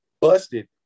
busted